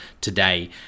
today